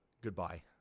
Goodbye